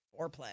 foreplay